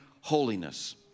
holiness